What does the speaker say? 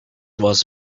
was